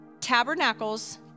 Tabernacles